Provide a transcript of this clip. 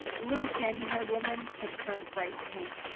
the little sandy-haired woman had turned bright pink,